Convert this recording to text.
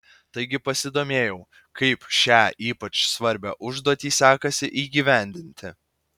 taigi pasidomėjau kaip šią ypač svarbią užduotį sekasi įgyvendinti